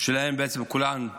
שלהן כולן,